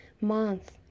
month